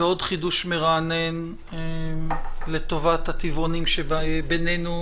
ועוד חידוש מרענן לטובת הטבעונים שבינינו,